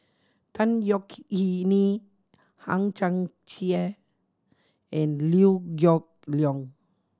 Tan Yeok Nee Hang Chang Chieh and Liew Geok Leong